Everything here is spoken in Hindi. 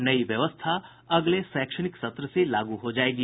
नई व्यवस्था अगले शैक्षणिक सत्र से लागू हो जायेगी